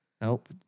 Nope